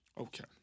Okay